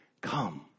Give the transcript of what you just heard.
Come